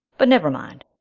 but never mind.